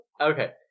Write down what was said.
Okay